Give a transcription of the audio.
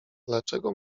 dlaczego